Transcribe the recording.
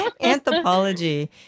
Anthropology